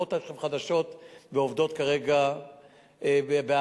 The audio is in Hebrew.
המערכות עכשיו חדשות ועובדות כרגע בהרצה.